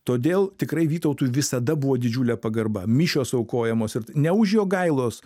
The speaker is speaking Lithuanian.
todėl tikrai vytautui visada buvo didžiulė pagarba mišios aukojamos ir ne už jogailos